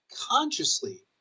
consciously